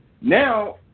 Now